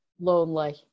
lonely